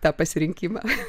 tą pasirinkimą